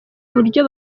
uburyo